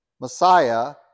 Messiah